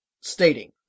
stating